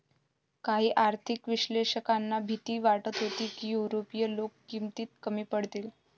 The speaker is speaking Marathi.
काही आर्थिक विश्लेषकांना भीती वाटत होती की युरोपीय लोक किमतीत कमी पडतील